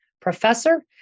professor